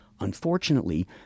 Unfortunately